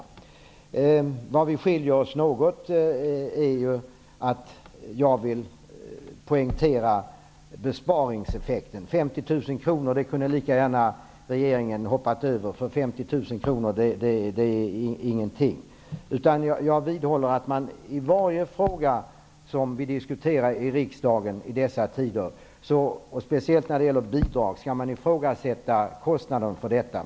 Var vi skiljer oss något åt är att jag vill poängtera besparingseffekten. 50 000 kr kunde regeringen lika gärna ha hoppat över, för 50 000 kr är ingenting. Jag vidhåller att man i varje fråga som vi diskuterar i riksdagen i dessa tider, speciellt när det gäller bidrag, skall ifrågasätta kostnaden för detta.